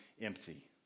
empty